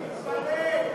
תתפלא.